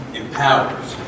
empowers